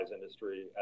industry